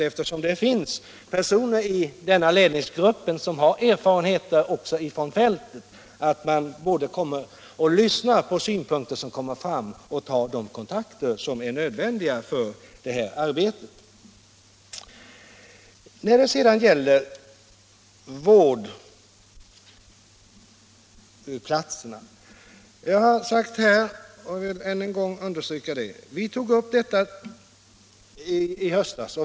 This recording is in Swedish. Eftersom det finns personer i ledningsgruppen som har erfarenheter också från fältet är jag övertygad om att man både kommer att lyssna på de synpunkter som anförs därifrån och ta de kontakter som är nödvändiga för detta arbete. Så till frågan om vårdplatserna. Vi tog, som jag tidigare sagt, upp den i höstas.